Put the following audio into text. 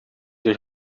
die